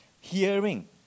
Hearing